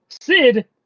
Sid